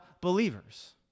believers